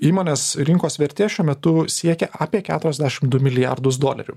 įmonės rinkos vertė šiuo metu siekia apie keturiasdešim du milijardus dolerių